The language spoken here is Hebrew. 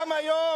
גם היום,